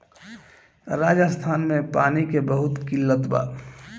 राजस्थान में पानी के बहुत किल्लत बा